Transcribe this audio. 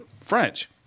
French